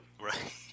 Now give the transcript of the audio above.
Right